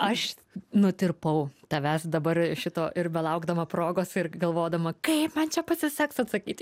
aš nutirpau tavęs dabar šito ir belaukdama progos ir galvodama kaip man čia pasiseks atsakyti